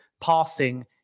passing